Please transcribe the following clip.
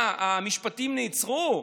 מה, המשפטים נעצרו?